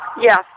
Yes